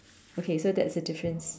okay so that's the difference